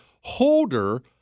holder